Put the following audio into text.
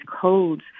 codes